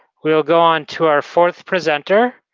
we'll go on to our fourth presenter,